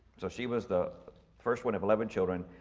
so she was the first one of eleven children.